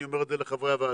אני אומר את זה לחברי הוועדה.